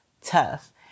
tough